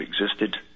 existed